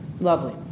Lovely